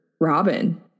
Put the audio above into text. robin